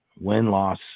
win-loss